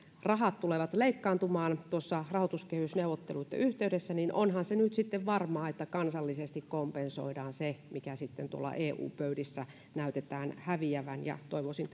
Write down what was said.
rahat tulevat leikkaantumaan rahoituskehysneuvotteluitten yhteydessä niin onhan se nyt sitten varmaa että kansallisesti kompensoidaan se mikä tuolla eu pöydissä näytetään häviävän toivoisin